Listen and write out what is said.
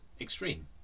extreme